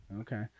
okay